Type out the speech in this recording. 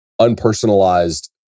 unpersonalized